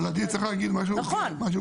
אבל צריך להגיד משהו הוגן